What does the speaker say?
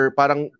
parang